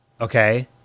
Okay